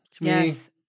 yes